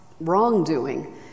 wrongdoing